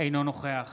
אינו נוכח